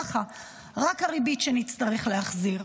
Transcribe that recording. ככה רק הריבית שנצטרך להחזיר,